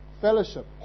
fellowship